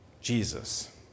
Jesus